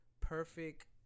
Perfect